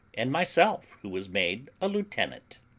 and myself, who was made a lieutenant.